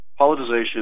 politicization